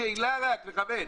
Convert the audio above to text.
רק שאלה לכוון.